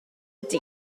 dyn